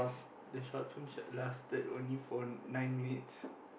the short film set lasted only for nine minutes